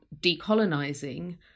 decolonising